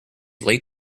late